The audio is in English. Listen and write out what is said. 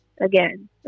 again